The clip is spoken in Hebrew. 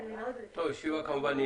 תודה רבה, הישיבה נעולה.